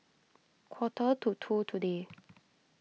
quarter to two today